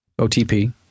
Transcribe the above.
OTP